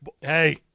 Hey